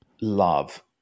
love